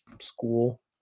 school